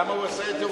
למה הוא עשה את זה?